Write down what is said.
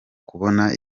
kubona